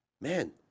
man